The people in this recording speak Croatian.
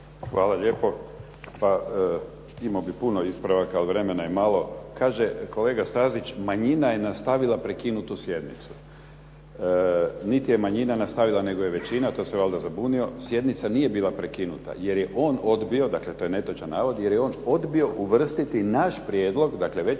Hvala lijepo. Pa, imao bih puno ispravaka ali vremena je malo. Kaže kolega Stazić, manjina je nastavila prekinutu sjednicu. Niti je manjina nastavila nego je većina, to se valjda zabunio. Sjednica nije bila prekinuta, jer je on odbio, dakle, to je netočan navod, jer je on odbio uvrstiti naš prijedlog, dakle